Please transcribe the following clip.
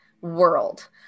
world